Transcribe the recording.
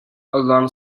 along